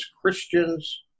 Christians